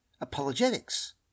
apologetics